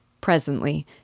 Presently